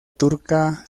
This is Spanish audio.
turca